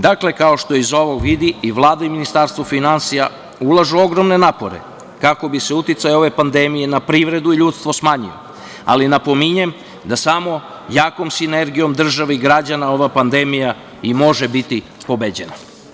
Dakle, kao što se iz ovog vidi i Vlada i Ministarstvo finansija ulažu ogromne napore kako bi se uticaj ove pandemije na privredu i ljudstvo smanjio, ali napominjem da samo jako sinergijom države i građana ova pandemija i može biti pobeđena.